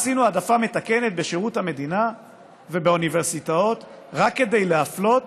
עשינו העדפה מתקנת בשירות המדינה ובאוניברסיטאות רק כדי להפלות